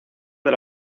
del